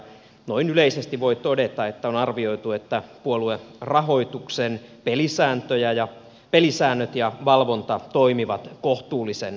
noin yleisesti voi todeta että on arvioitu että puoluerahoituksen pelisäännöt ja valvonta toimivat kohtuullisen hyvin